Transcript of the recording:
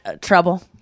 trouble